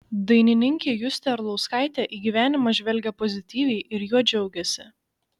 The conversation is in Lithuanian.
dainininkė justė arlauskaitė į gyvenimą žvelgia pozityviai ir juo džiaugiasi